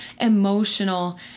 emotional